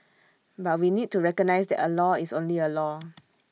but we need to recognise that A law is only A law